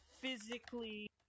physically